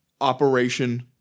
Operation